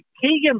Keegan